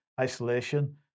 isolation